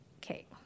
okay